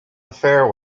affair